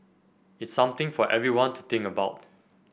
it's something for everyone to think about